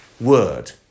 word